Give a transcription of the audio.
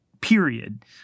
period